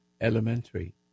elementary